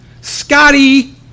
Scotty